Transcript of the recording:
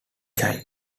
child